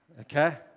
okay